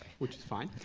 which is fine.